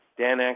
Dan